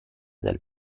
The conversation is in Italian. del